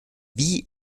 wie